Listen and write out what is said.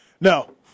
No